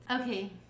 Okay